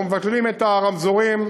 אנחנו מבטלים את הרמזורים